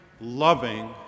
loving